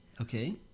Okay